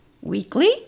Weekly